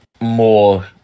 more